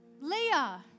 Leah